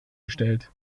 gestellt